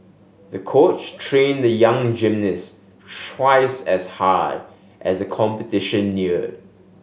the coach trained the young gymnast twice as hard as the competition neared